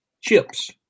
chips